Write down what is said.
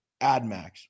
Admax